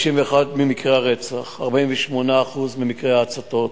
51% ממקרי הרצח, 48% ממקרי ההצתות,